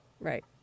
Right